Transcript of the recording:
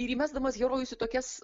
ir įmesdamas herojus į tokias